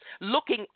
looking